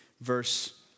verse